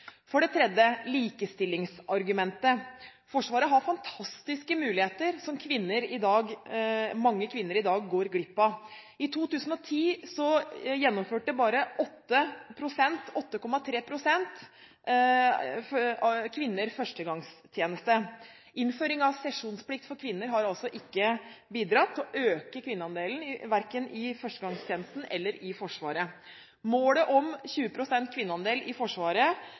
For det tredje – likestillingsargumentet: Forsvaret har fantastiske muligheter, som mange kvinner i dag går glipp av. I 2010 var bare 8,3 pst. av de som fullførte førstegangstjeneste, kvinner. Innføringen av sesjonsplikt for kvinner har altså ikke bidratt til å øke kvinneandelen, verken i førstegangstjenesten eller i Forsvaret. Målet om 20 pst. kvinneandel i Forsvaret